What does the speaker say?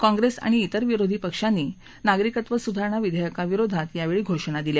काँग्रेस आणि जिर विरोधी पक्षांनी नागरिकत्व सुधारणा विधेयका विरोधात घोषणा दिल्या